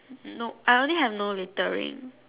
nope I only have no littering